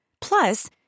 Plus